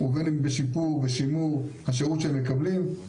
ובין אם בשיפור ושימור השירות שהם מקבלים.